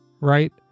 right